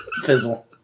fizzle